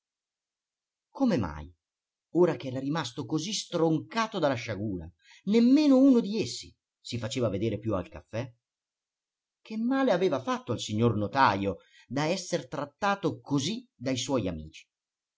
come mai ora ch'era rimasto così stroncato dalla sciagura nemmeno uno di essi si faceva più vedere al caffè che male aveva fatto al signor notajo da esser trattato così dai suoi amici